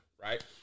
right